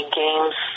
games